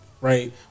Right